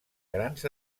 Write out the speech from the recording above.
grans